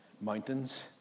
mountains